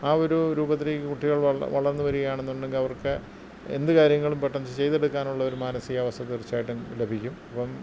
ആ ഒരു രൂപത്തിലേക്ക് കുട്ടികൾ വളർന്ന് വളർന്ന് വരുകയാണെന്നുണ്ടെങ്കില് അവർക്ക് എന്തു കാര്യങ്ങളും പെട്ടെന്ന് ചെയ്തെടുക്കാനുള്ളൊരു മാനസികാവസ്ഥ തീർച്ചയായിട്ടും ലഭിക്കും അപ്പോള്